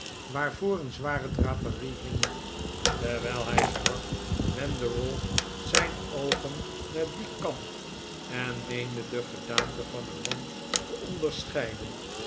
waarvoor een zware draperie hing terwijl hij sprak wendde ralph zijn oogen naar dien kant en meende de gedaante van een man te onderscheiden